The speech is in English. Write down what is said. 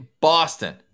Boston